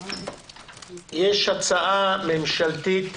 יש הצעה ממשלתית